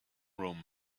room